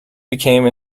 became